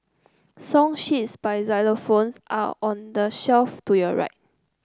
song sheets by xylophones are on the shelf to your right